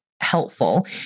helpful